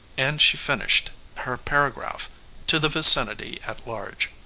and she finished her paragraph to the vicinity at large.